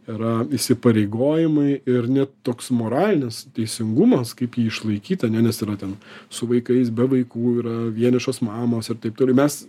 yra įsipareigojimai ir net toks moralinis teisingumas kaip jį išlaikyt ane nes yra ten su vaikais be vaikų yra vienišos mamos ir taip toliau mes